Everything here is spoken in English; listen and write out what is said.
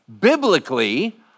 biblically